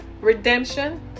Redemption